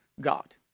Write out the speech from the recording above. God